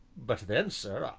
but then, sir,